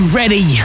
ready